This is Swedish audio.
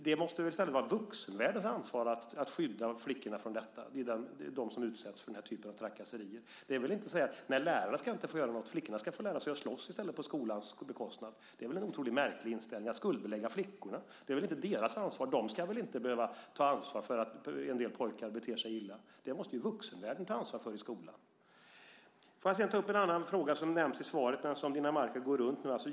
Det måste väl i stället vara vuxenvärldens ansvar att skydda flickorna och dem som utsätts för den här typen av trakasserier. Man kan väl inte säga: Nej, lärarna ska inte få göra någonting - flickorna ska få lära sig att slåss i stället på skolans bekostnad. Det är väl en otroligt märklig inställning: att skuldbelägga flickorna. Det är väl inte deras ansvar. De ska väl inte behöva ta ansvar för att en del pojkar beter sig illa. Det måste ju vuxenvärlden ta ansvar för i skolan. Låt mig sedan ta upp en fråga som nämns i svaret men som Dinamarca går runt.